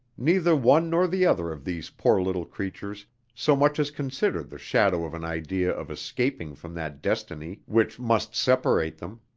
neither one nor the other of these poor little creatures so much as considered the shadow of an idea of escaping from that destiny which must separate them.